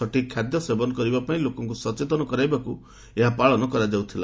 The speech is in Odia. ସଠିକ୍ ଖାଦ୍ୟ ସେବନ କରିବା ପାଇଁ ଲୋକକୁ ସଚେତନ କରାଇବାକୁ ଏହା ପାଳନ କରାଯାଉଥିଲା